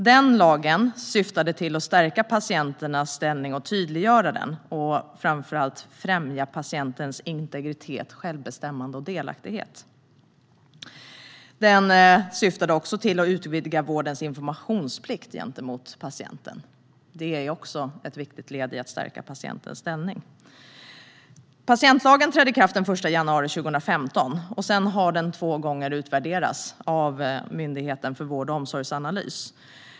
Den lagen syftade till att stärka patienternas ställning och tydliggöra den, liksom, framför allt, att främja patientens integritet, självbestämmande och delaktighet. Den syftade också till att utvidga vårdens informationsplikt gentemot patienten. Det är också ett viktigt led i att stärka patientens ställning. Patientlagen trädde i kraft den 1 januari 2015. Sedan har den två gånger utvärderats av Myndigheten för vård och omsorgsanalys.